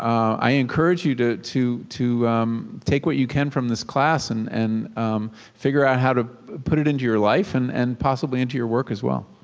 i encourage you to to take what you can from this class and and figure out how to put it into your life and and possibly into your work as well.